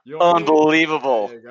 Unbelievable